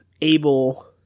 able